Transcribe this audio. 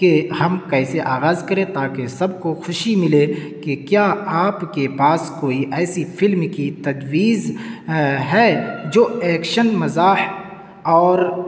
کہ ہم کیسے آغاز کریں تاکہ سب کو خوشی ملے کہ کیا آپ کے پاس کوئی ایسی فلم کی تجویز ہے جو ایکشن مزاح اور